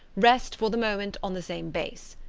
rest for the moment on the same base.